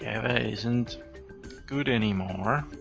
and isn't good anymore.